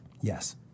yes